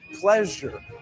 pleasure